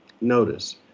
Notice